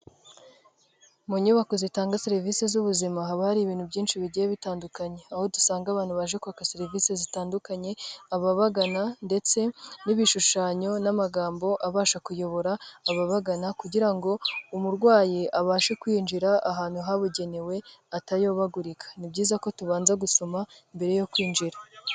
Mu nyubako zitanga serivisi z'ubuzima, haba hari ibintu byinshi bigiye bitandukanye. Aho dusanga abantu baje kwaka serivisi zitandukanye, ababagana ndetse n'ibishushanyo n'amagambo abasha kuyobora ababagana kugira ngo umurwayi abashe kwinjira ahantu habugenewe, atayobagurika. Ni byiza ko tubanza gusoma mbere yo kwinjira.